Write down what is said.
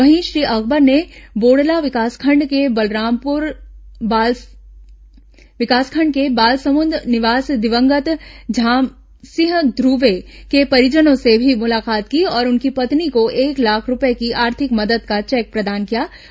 वहीं श्री अकबर ने बोड़ला विकासखंड के बालसमुंद निवासी दिवंगत झामसिंह ध्र्वे के परिजनों से भी मुलाकात की और उनकी पत्नी को एक लाख रूपये की आर्थिक मदद का चेक प्रदान कियाँ